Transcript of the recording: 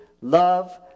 love